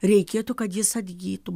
reikėtų kad jis atgytų